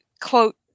quote